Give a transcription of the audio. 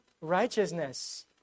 righteousness